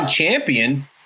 champion